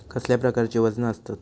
कसल्या प्रकारची वजना आसतत?